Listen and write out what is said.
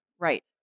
Right